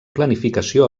planificació